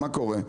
מה קורה עכשיו?